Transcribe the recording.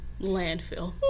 landfill